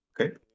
Okay